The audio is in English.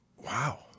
Wow